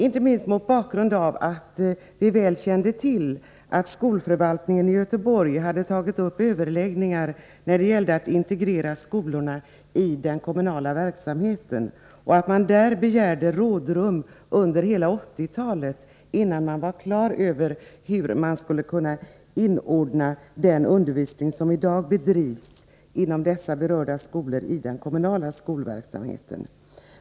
Vi kände väl till att skolförvaltningen i Göteborg hade tagit upp överläggningar när det gällde att integrera skolorna i den kommunala verksamheten och att man begärt rådrum under hela 1980-talet för att nå klarhet om hur man skulle inordna den undervisning som i dag bedrivs vid de berörda skolorna i den kommunala skolverksamheten.